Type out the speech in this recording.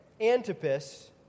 Antipas